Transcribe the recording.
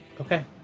Okay